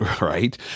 right